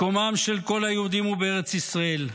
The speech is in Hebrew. מקומם של כל היהודים הוא בארץ ישראל,